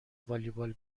والیبال